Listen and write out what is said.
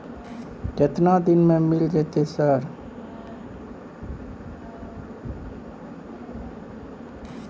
केतना दिन में मिल जयते सर?